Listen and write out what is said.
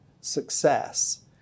success